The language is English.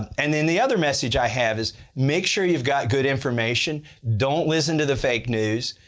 and then the other message i have is make sure you've got good information. don't listen to the fake news,